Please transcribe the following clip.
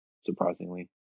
surprisingly